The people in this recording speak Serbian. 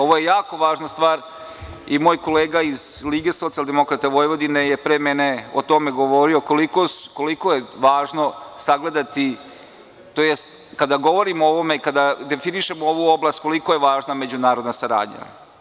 Ovo je jako važna stvar i moj kolega iz LSV je pre mene o tome govorio koliko je važno sagledati, tj. kada govorimo o ovome, kada definišemo ovu oblast koliko je važna međunarodna saradnja.